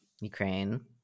Ukraine